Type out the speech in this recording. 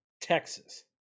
texas